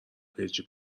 پیجی